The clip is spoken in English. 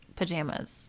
pajamas